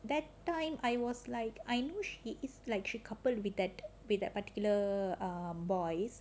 that time I was like I know she is like she coupled with that with that particular boy